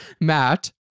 Matt